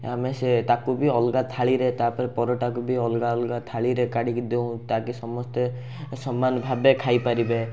ଆମେ ସେ ତାକୁ ବି ଅଲଗା ଥାଳିରେ ତା'ପରେ ପରଟାକୁ ବି ଅଲଗା ଅଲଗା ଥାଳିରେ କାଢ଼ି କି ଦେଉଁ ତାକି ସମସ୍ତେ ସମାନ ଭାବେ ଖାଇପାରିବେ